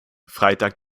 freitag